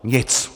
Nic.